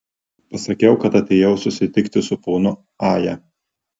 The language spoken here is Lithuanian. pasakiau kad atėjau susitikti su ponu aja